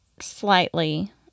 slightly